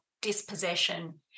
dispossession